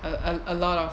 a a a lot of